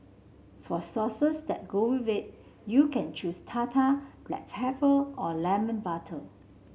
for sauces that go with it you can choose tartar black pepper or lemon butter